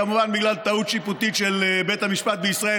כמובן בגלל טעות שיפוטית של בית המשפט בישראל.